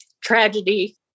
tragedy